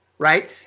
right